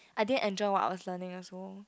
I didn't enjoy what I was learning also